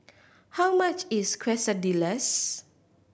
how much is Quesadillas